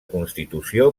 constitució